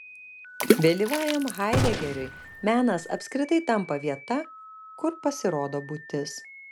vėlyvajam haidegeriui menas apskritai tampa vieta kur pasirodo būtis